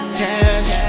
cash